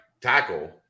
tackle